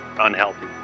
unhealthy